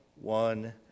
one